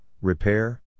repair